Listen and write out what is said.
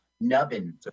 nubbin